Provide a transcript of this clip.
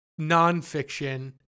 nonfiction